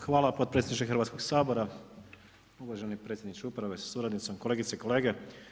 Hvala potpredsjedniče Hrvatskoga sabora, uvaženi predsjedniče uprave sa suradnicom, kolegice i kolege.